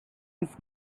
his